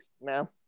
no